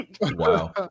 Wow